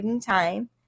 time